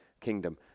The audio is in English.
kingdom